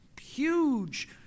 huge